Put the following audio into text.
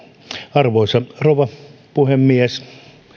arvoisa rouva puhemies